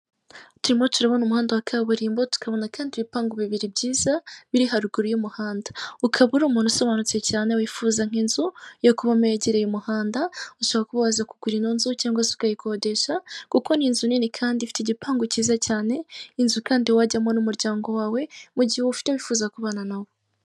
Turimo turabona umuhanda wa kaburimbo tukabona kandi ibipangu bibiri byiza biri haruguru y'umuhanda, ukaba uri umuntu usobanutse cyane wifuza nk'inzu yo kubamo yegereye umuhanda, ushobora kuba waza kugura ino nzu cyangwa se ukayikodesha kuko ni inzu nini kandi ifite igipangu cyiza cyane, inzu kandi wajyamo n'umuryango wawe mu gihe uwufite wifuza kubana nawo.